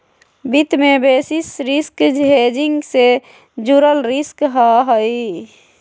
वित्त में basis risk hedging से जुड़ल रिस्क हहई